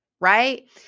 right